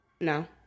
No